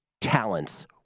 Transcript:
talents